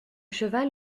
cheval